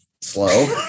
slow